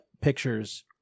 Pictures